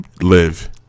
live